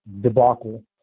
debacle